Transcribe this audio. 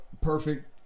Perfect